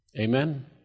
Amen